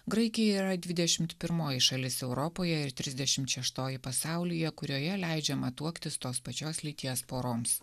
graikija yra dvidešimt pirmoji šalis europoje ir trisdešimt šeštoji pasaulyje kurioje leidžiama tuoktis tos pačios lyties poroms